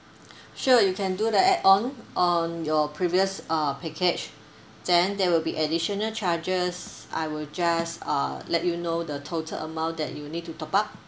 sure you can do the add on on your previous uh package then there will be additional charges I will just uh let you know the total amount that you need to top up